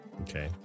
Okay